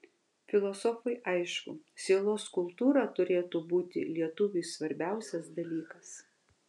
filosofui aišku sielos kultūra turėtų būti lietuviui svarbiausias dalykas